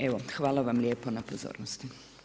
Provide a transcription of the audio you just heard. Evo hvala vam lijepa na pozornosti.